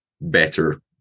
better